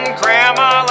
grandma